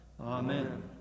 Amen